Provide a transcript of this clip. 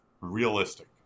realistic